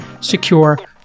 secure